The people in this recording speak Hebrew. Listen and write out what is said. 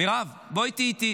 מירב, תהיי איתי.